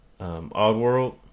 Oddworld